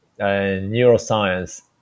neuroscience